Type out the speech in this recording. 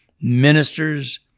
ministers